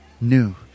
New